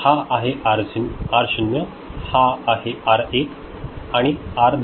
हा आहे R 0 R 1 आणि आर 2